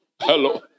Hello